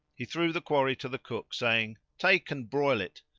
he threw the quarry to the cook saying, take and broil it,